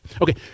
Okay